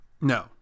No